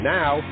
now